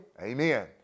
Amen